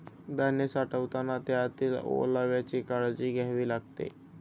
धान्य साठवताना त्यातील ओलाव्याची काळजी घ्यावी लागते